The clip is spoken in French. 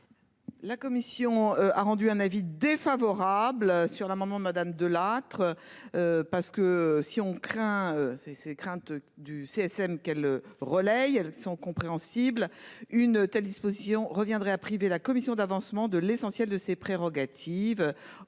La commission a rendu un avis défavorable sur l'amendement madame De Lattre. Parce que si on craint ces ces craintes du CSM qu'elle relaye elles sont compréhensibles. Une telle disposition reviendrait à priver la commission d'avancement de l'essentiel de ses prérogatives.